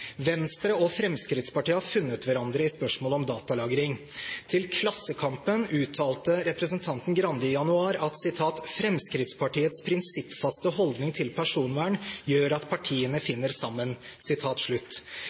Venstre og Fremskrittspartiet har funnet hverandre i spørsmålet om datalagring. Til Klassekampen uttalte representanten Skei Grande i januar at «Fremskrittspartiets prinsippfaste holdning til personvern gjør at partiene